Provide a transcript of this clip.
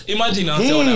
Imagine